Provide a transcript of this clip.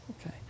okay